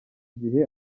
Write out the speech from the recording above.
gihe